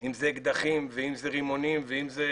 אם זה אקדחים, רימונים, אם.